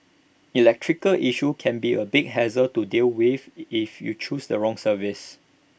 electrical issues can be A big hassle to deal with if you choose the wrong services